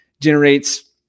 generates